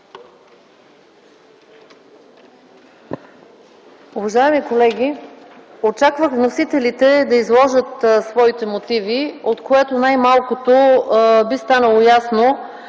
Уважаеми колеги, очаквах вносителите да изложат своите мотиви, от което най-малкото би станало ясно,